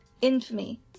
infamy